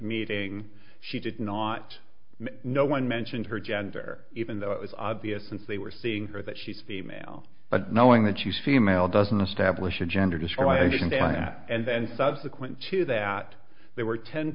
meeting she did not no one mentioned her gender even though it was obvious that they were seeing her that she's female but knowing that she's female doesn't establish a gender discrimination day and subsequent to that there were ten